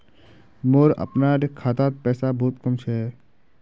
मोर अपनार खातात पैसा बहुत कम छ